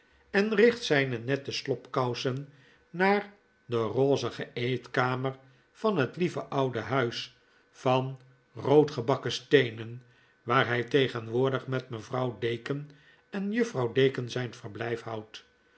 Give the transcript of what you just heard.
en richt zyne nette slobkousen naar de rozige eetkamer van het lie ve oude huis van roodgebakken steenen waar hy tegenwoordig met mevrouw deken enjuffrouw deken zyn verblyf houdt